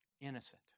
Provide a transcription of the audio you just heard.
Innocent